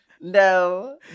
No